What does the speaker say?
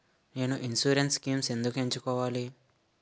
నేను insurance schemes ఎందుకు ఎంచుకోవాలి?